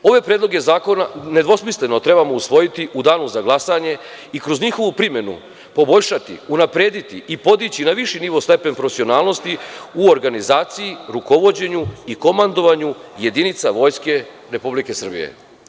Ove predloge zakona nedvosmisleno trebamo usvojiti u danu za glasanje i kroz njihovu primenu poboljšati, unaprediti i podići na viši nivo, stepen profesionalnosti u organizaciji, rukovođenju i komandovanju jedinica Vojske Republike Srbije.